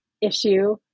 issue